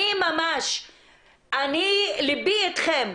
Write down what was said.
ליבי אתכם.